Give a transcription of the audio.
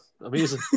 Amazing